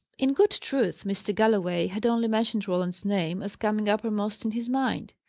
in good truth, mr. galloway had only mentioned roland's name as coming uppermost in his mind.